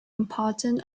important